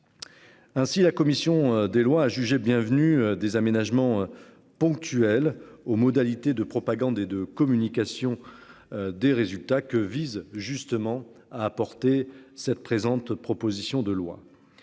Ainsi, la commission des lois a jugé bienvenue des aménagements. Ponctuels aux modalités de propagande et de communication. Des résultats que vise justement à apporter cette présente, proposition de loi.